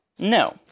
No